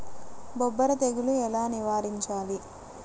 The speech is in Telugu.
బొబ్బర తెగులు ఎలా నివారించాలి?